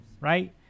right